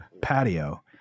patio